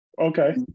Okay